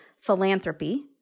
philanthropy